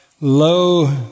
low